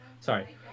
Sorry